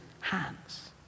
hands